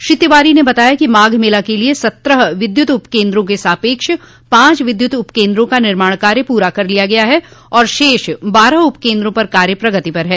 श्री तिवारी ने बताया कि माघ मेला के लिये सत्रह विद्युत उपकेन्द्रों के सापेक्ष पांच विद्युत उपकेन्द्रों का निर्माण कार्य पूरा कर लिया गया है और शेष बारह उपकेन्द्रों पर कार्य प्रगति पर है